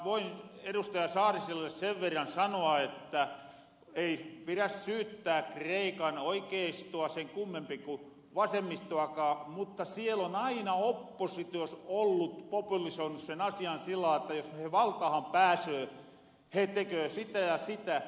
saariselle sen verran sanoa että ei pidä syyttää kreikan oikeistoa sen kummemmin ku vasemmistoakaan mutta siellä on aina oppositio populisoinut sen asian sillä lailla että jos he valtahan pääsöö he teköö sitä ja sitä